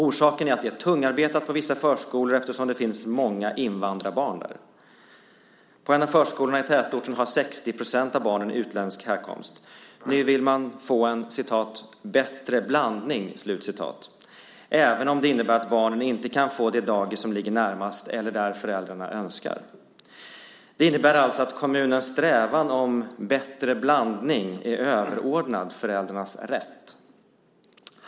Orsaken är att det är tungarbetat i vissa förskolor eftersom det finns många invandrarbarn där. I en av förskolorna i tätorten har 60 % av barnen utländsk härkomst. Nu vill man få en "bättre blandning" även om det innebär att barnen inte kan få det dagis som ligger närmast eller där föräldrarna önskar. Det innebär alltså att kommunens strävan efter en bättre blandning är överordnad föräldrarnas rätt.